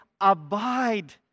Abide